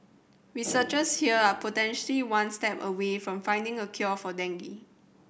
researchers here are potentially one step away from finding a cure for dengue